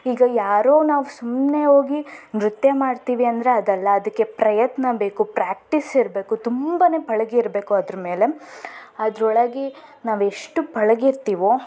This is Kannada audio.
ಈಗ ಯಾರೋ ನಾವು ಸುಮ್ಮನೆ ಹೋಗಿ ನೃತ್ಯ ಮಾಡ್ತೀವಿ ಅಂದರೆ ಅದಲ್ಲ ಅದಕ್ಕೆ ಪ್ರಯತ್ನ ಬೇಕು ಪ್ರಾಕ್ಟೀಸ್ ಇರಬೇಕು ತುಂಬಾ ಪಳಗಿರ್ಬೇಕು ಅದ್ರ ಮೇಲೆ ಅದರೊಳಗೆ ನಾವೆಷ್ಟು ಪಳಗಿರ್ತೀವೋ